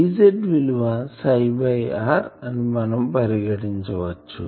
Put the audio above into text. Az విలువ Ψ r అని మనం పరిగణించవచ్చు